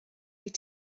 wyt